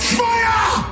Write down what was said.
fire